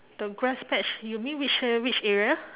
the grass patch you mean which one which area